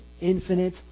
infinite